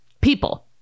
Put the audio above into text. people